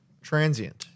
transient